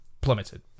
plummeted